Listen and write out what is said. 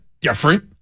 different